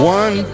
one